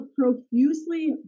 profusely